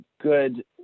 good